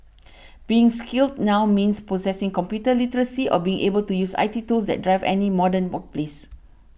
being skilled now means possessing computer literacy or being able to use I T tools that drive any modern workplace